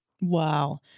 Wow